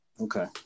Okay